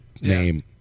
name